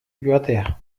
joatea